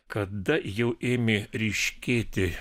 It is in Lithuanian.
kada jau ėmė ryškėti